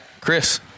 Chris